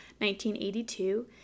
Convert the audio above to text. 1982